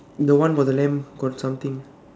the one got the lamp got something